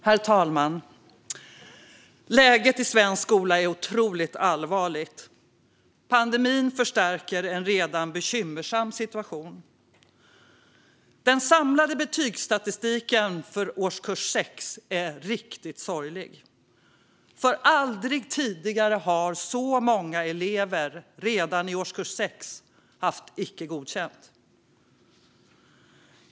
Herr talman! Läget i svensk skola är otroligt allvarligt. Pandemin förstärker en redan bekymmersam situation. Den samlade betygsstatistiken för årskurs 6 är riktigt sorglig. Aldrig tidigare har så många elever haft icke godkänt redan i årskurs 6.